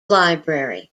library